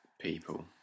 people